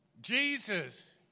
Jesus